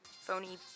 phony